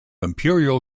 imperial